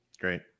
great